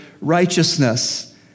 righteousness